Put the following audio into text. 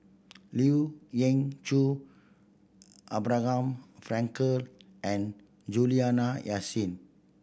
Lien Ying Chow Abraham Frankel and Juliana Yasin